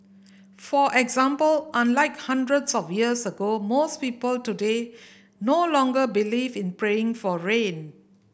for example unlike hundreds of years ago most people today no longer believe in praying for rain